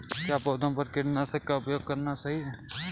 क्या पौधों पर कीटनाशक का उपयोग करना सही है?